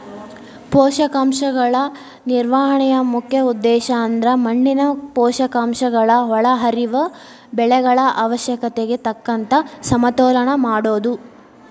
ಪೋಷಕಾಂಶಗಳ ನಿರ್ವಹಣೆಯ ಮುಖ್ಯ ಉದ್ದೇಶಅಂದ್ರ ಮಣ್ಣಿನ ಪೋಷಕಾಂಶಗಳ ಒಳಹರಿವು ಬೆಳೆಗಳ ಅವಶ್ಯಕತೆಗೆ ತಕ್ಕಂಗ ಸಮತೋಲನ ಮಾಡೋದು